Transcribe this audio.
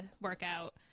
workout